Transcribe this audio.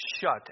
shut